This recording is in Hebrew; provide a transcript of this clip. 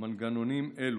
מנגנונים אלו.